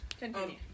continue